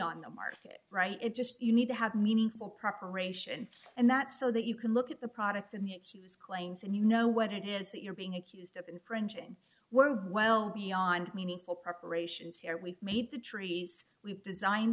on the market right it just you need to have meaningful preparation and that so that you can look at the product and she was claimed you know what it is that you're being accused of infringing were well beyond meaningful preparations here we've made the trees we've designed